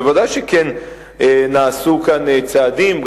ודאי שכן נעשו כאן צעדים,